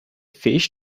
fish